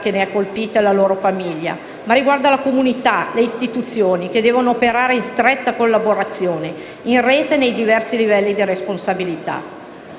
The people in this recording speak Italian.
che ne sono colpite e le loro famiglie, ma anche la comunità e le istituzioni, che devono operare in stretta collaborazione, in rete nei diversi livelli di responsabilità.